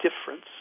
difference